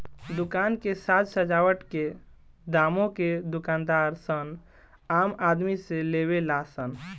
दुकान के साज सजावट के दामो के दूकानदार सन आम आदमी से लेवे ला सन